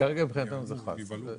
כרגע מבחינתנו זה חל.